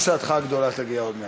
גם שעתך הגדולה תגיע עוד מעט,